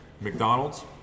McDonald's